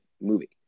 movie